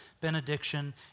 benediction